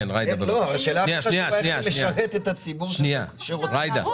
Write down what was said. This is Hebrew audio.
השאלה איך זה משרת את הציבור שרוצה לשכור,